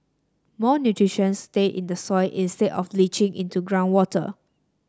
more nutrition stay in the soil instead of leaching into groundwater